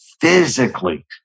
physically